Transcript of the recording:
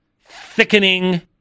thickening